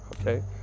Okay